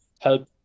help